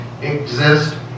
exist